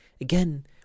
again